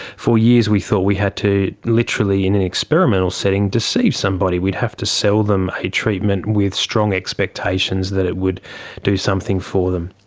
for years we thought we had to literally in an experimental setting deceive somebody, we'd have to sell them a treatment with strong expectations that it would do something for them.